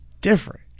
different